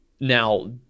Now